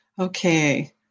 Okay